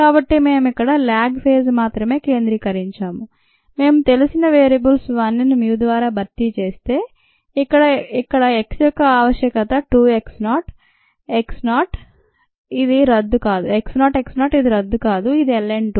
కాబట్టి మేము ఇక్కడ లాగ్ ఫేజ్ మాత్రమే కేంద్రీకరించాము మేము తెలిసిన వేరియబుల్స్ 1 ని మ్యూ ద్వారా భర్తీ చేస్తే ఇక్కడ x యొక్క ఆవశ్యకత 2 x కాదు x కాదు x కాదు ఇది రద్దు కాదు ఇది ln 2